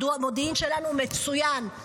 המודיעין שלנו מצוין,